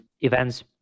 events